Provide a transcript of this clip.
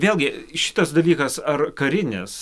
vėlgi šitas dalykas ar karinis